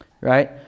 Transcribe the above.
Right